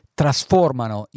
trasformano